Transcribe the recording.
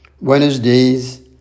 Wednesdays